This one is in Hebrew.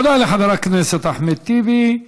תודה לחבר הכנסת אחמד טיבי.